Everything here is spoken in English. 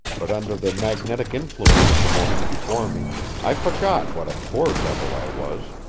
but under the magnetic influence of the woman before me i forgot what a poor devil i was.